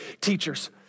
teachers